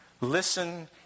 listen